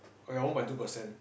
oh ya one point two percent